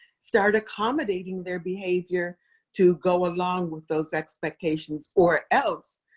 start accommodating their behavior to go along with those expectations, or else,